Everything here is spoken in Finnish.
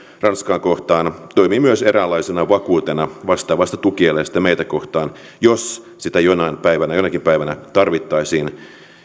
ranskaa kohtaan toimii myös eräänlaisena vakuutena vastaavasta tukieleestä meitä kohtaan jos sitä jonakin päivänä jonakin päivänä tarvittaisiin